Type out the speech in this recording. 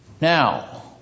Now